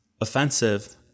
offensive